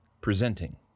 presenting